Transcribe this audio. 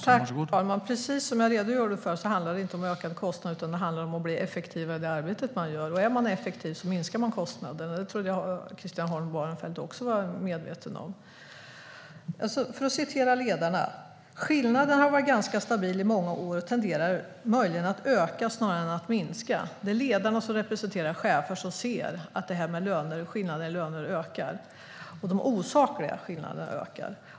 Herr talman! Precis som jag redogjorde för handlar det inte om ökade kostnader utan om att bli effektivare i det arbete man gör. Är man effektiv minskar man kostnaden. Det trodde jag att Christian Holm Barenfeld också var medveten om. För att referera Ledarna: Skillnaden har varit ganska stabil i många år och tenderar möjligen att öka snarare än att minska. Ledarna representerar chefer som ser att de osakliga löneskillnaderna ökar.